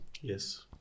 Yes